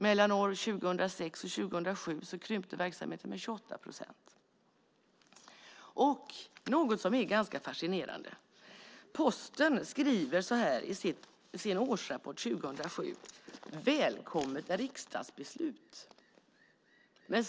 Mellan åren 2006 och 2007 krympte verksamheten med 28 procent. Och, något som är ganska fascinerande, Posten skriver med stora bokstäver så här i sin årsrapport för 2007: Välkommet riksdagsbeslut.